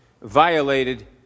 violated